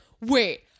Wait